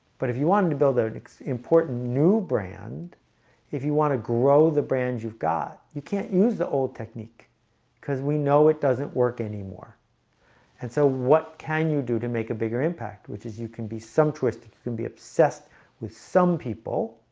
but if you wanted to build an important new brand if you want to grow the brand you've got you can't use the old technique because we know it doesn't work anymore and so what can you do to make a bigger impact which is you can be some twisted you can be obsessed with some people